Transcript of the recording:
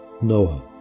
Noah